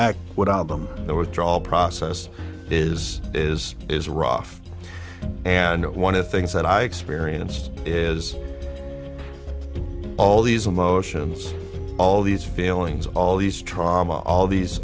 act what album their withdrawal process is is is rough and one of the things that i experienced is all these emotions all these feelings all these trauma all these